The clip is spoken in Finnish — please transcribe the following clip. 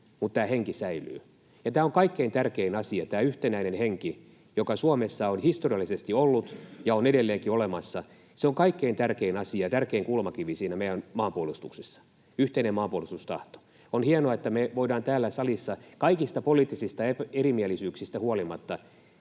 tärkein asia on tämä yhtenäinen henki, joka Suomessa on historiallisesti ollut ja on edelleenkin olemassa. Se on kaikkein tärkein asia ja tärkein kulmakivi siinä meidän maanpuolustuksessamme — yhteinen maanpuolustustahto. On hienoa, että me voidaan täällä salissa kaikista poliittisista erimielisyyksistä huolimatta